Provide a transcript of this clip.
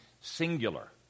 singular